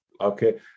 Okay